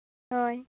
ᱦᱳᱭ